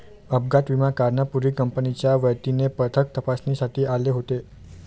अपघात विमा काढण्यापूर्वी कंपनीच्या वतीने पथक तपासणीसाठी आले होते